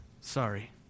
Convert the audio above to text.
sorry